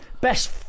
Best